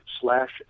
slash